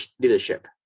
leadership